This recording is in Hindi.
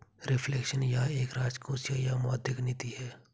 रिफ्लेक्शन यह एक राजकोषीय या मौद्रिक नीति है